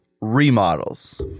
remodels